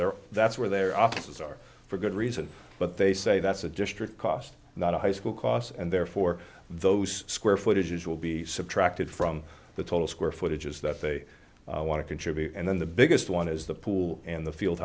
there that's where their offices are for good reason but they say that's a district cost not a high school cost and therefore those square footage will be subtracted from the total square footage is that they want to contribute and then the biggest one is the pool and the field